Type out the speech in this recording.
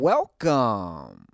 Welcome